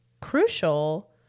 crucial